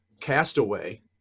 castaway